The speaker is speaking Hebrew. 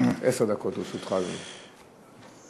עשר דקות לרשותך, אדוני.